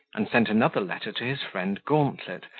and sent another letter to his friend gauntlet,